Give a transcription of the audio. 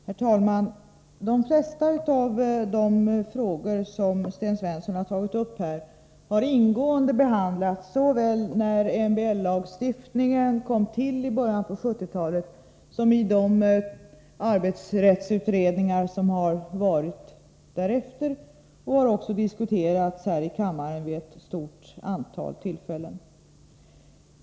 Herr talman! De flesta av de frågor som Sten Svensson har tagit upp har ingående behandlats såväl när MBL-lagstiftningen kom till i början av 1970-talet som i de arbetsrättsutredningar som har skett därefter, och de har också diskuterats här i kammaren vid ett stort antal tillfällen.